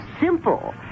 simple